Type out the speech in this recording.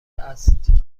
است